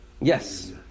Yes